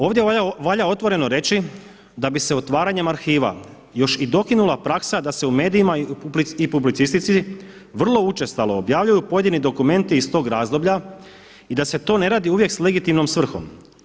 Ovdje valja otvoreno reći da bi se otvaranjem arhiva još i dokinula praksa da se u medijima i publicistici vrlo učestalo objavljuju pojedini dokumenti iz tog razdoblja i da se to ne radi uvijek s legitimnom svrhom.